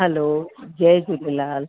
hello जय झूलेलाल